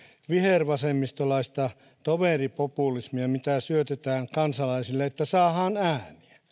vihervasemmistolaista toveripopulismia mitä syötetään kansalaisille että saadaan ääniä